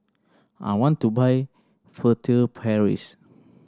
I want to buy Furtere Paris